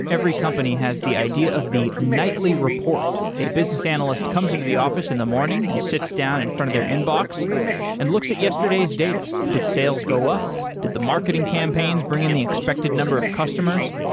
every company has the idea of the nightly report. a business analyst comes into the office in the morning and sits down in front of their inbox and looks at yesterday's data. did sales go up? did the marketing campaigns bring in the expected number of customers?